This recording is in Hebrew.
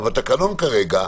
אבל התקנות כרגע,